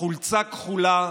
"חולצה כחולה,